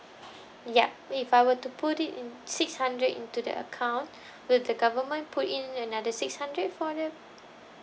ya if I were to put it in six hundred into the account will the government put in another six hundred for the